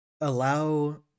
allow